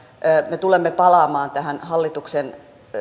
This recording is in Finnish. me tulemme palaamaan tähän hallituksen